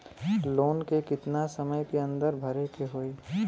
Loan के कितना समय के अंदर भरे के होई?